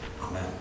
Amen